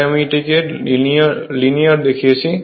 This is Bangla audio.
তাই আমি এটাকে লিনিয়ার দেখিয়েছি